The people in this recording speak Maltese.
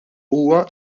huwa